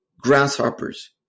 grasshoppers